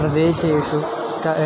प्रदेशेषु क